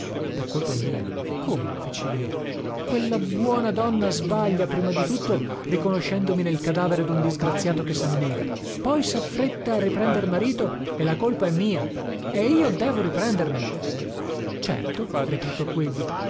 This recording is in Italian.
per colpa mia come feci io quella buona donna sbaglia prima di tutto riconoscendomi nel cadavere dun disgraziato che sannega poi saffretta a riprender marito e la colpa è mia e io devo riprendermela